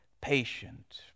patient